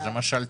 זה מה ששאלתי.